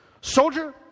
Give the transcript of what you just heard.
soldier